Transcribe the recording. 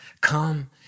come